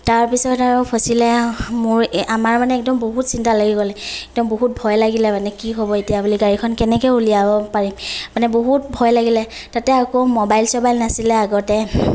তাৰ পিছত আৰু ফচিলে মোৰ আমাৰ মানে একদম বহুত চিন্তা লাগি গ'ল একদম বহুত ভয় লাগিল মানে কি হ'ব এতিয়া বুলি গাড়ীখন কেনেকৈ উলিয়াব পাৰিম মানে বহুত ভয় লাগিলে তাতে আকৌ মোবাইল চোবাইল নাছিলে আগতে